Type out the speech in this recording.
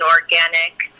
organic